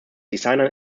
designer